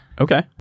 Okay